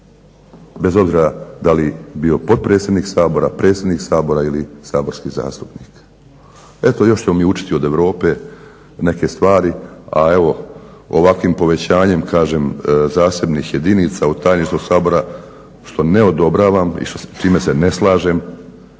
bez obzira da li bio potpredsjednik Sabora, predsjednik Sabora ili saborski zastupnik. Eto još ćemo mi učiti od Europe neke stvari, a evo ovakvim povećanjem kažem zasebnih jedinica u Tajništvu Sabora, što ne odobravam i s čime se ne slažem,